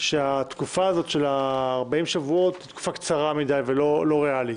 שהתקופה של 40 חודשים היא קצרה מדי ולא ריאלית.